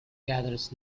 gathers